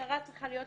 והמטרה צריכה להיות,